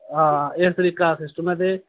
हां इस तरीके दा सिस्टम ऐ ते